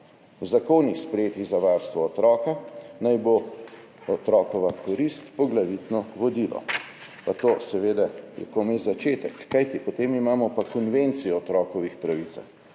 V zakonih, sprejetih za varstvo otroka, naj bo otrokova korist poglavitno vodilo.« Pa je to seveda komaj začetek, kajti potem imamo pa Konvencijo o otrokovih pravicah,